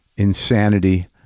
insanity